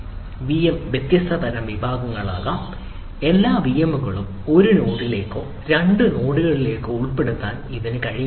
VM വ്യത്യസ്ത വിഭാഗങ്ങളാകാം എല്ലാ വിഎമ്മുകളും 1 നോഡിലേക്കോ 2 നോഡുകളിലേക്കോ ഉൾപ്പെടുത്താൻ ഇതിന് കഴിഞ്ഞേക്കില്ല